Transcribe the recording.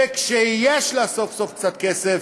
וכשיש לה סוף-סוף קצת כסף,